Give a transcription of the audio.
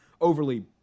overly